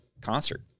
concert